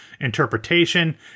interpretation